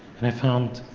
and i found,